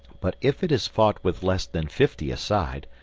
but if it is fought with less than fifty a side,